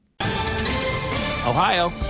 Ohio